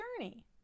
journey